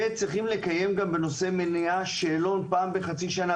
ויש לקיים גם בנושא מניעה שאלון פעם בחצי שנה